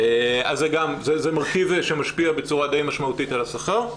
זה מרכיב שמשפיע בצורה די משמעותית על השכר.